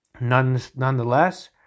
Nonetheless